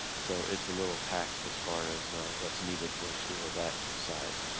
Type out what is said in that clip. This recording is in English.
so it's a little taxed as far as what's needed for a school of that size.